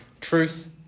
truth